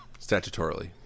statutorily